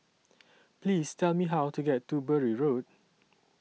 Please Tell Me How to get to Bury Road